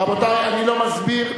רבותי, אני לא מסביר.